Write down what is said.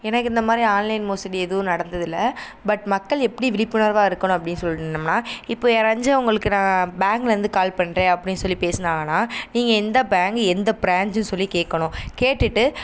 எனக்கு இந்த மாதிரி ஆன்லைன் மோசடி எதுவும் நடந்ததில்லை பட் மக்கள் எப்படி விழிப்புணர்வாக இருக்கணும் அப்படின்னு சொல்லணும்னால் இப்போ யாராச்சும் உங்களுக்கு நான் பேங்க்லேருந்து கால் பண்ணுறேன் அப்படின்னு சொல்லி பேசுனாங்கன்னால் நீங்கள் எந்த பேங்க் எந்த ப்ராஞ்ச்னு சொல்லி கேட்கணும் கேட்டுவிட்டு